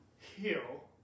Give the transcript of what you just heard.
heal